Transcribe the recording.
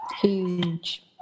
huge